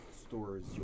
stores